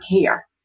care